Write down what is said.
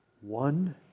One